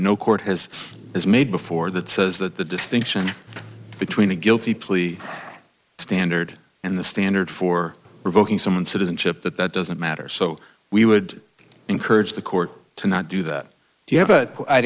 that no court has has made before that says that the distinction between a guilty plea standard and the standard for revoking someone's citizenship that doesn't matter so we would encourage the court to not do that you have a